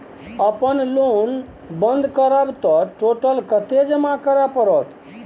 अपन लोन बंद करब त टोटल कत्ते जमा करे परत?